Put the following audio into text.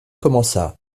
commença